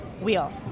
wheel